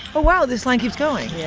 wow, this line keeps going yeah